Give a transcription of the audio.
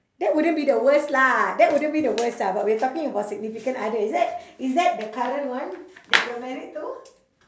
that wouldn't be the worst lah that wouldn't be the worst ah but we're talking about significant other is that is that the current one that you're married to